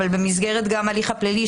אבל גם במסגרת ההליך הפלילי,